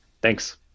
Thanks